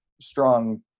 strong